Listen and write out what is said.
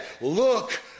Look